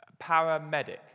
Paramedic